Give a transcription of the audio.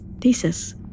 thesis